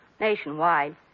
nationwide